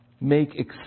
make